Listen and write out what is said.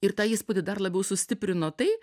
ir tą įspūdį dar labiau sustiprino tai